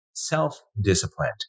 self-disciplined